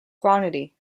quantity